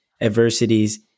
adversities